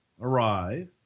arrive